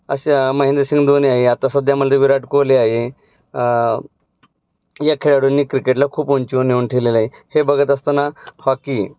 अशा महेंद्रसिंग धोनी आहे आता सध्या मलते विराट कोहली आहे या खेळाडूंनी क्रिकेटला खूप ऊंचीवर नेऊन ठेवलेलं आहे हे बघत असताना हॉकी